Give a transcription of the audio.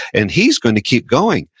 and he's going to keep going.